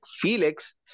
Felix